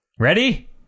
Ready